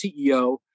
CEO